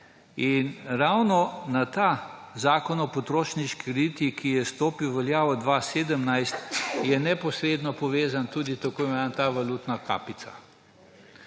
In ravno na Zakon o potrošniških kreditih, ki je stopil v veljavo leta 2017, je neposredno vezana tudi ta tako imenovana valutna kapica.